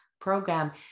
program